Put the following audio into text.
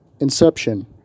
inception